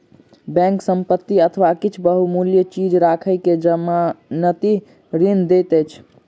bank संपत्ति अथवा किछ बहुमूल्य चीज राइख के जमानती ऋण दैत अछि